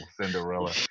Cinderella